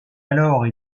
alors